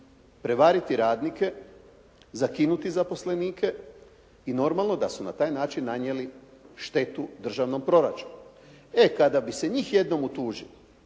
prevariti radnike, zakinuti zaposlenike, i normalno da su na taj način nanijeli štetu državnom proračunu. E, kada bi se njih jedno utužili,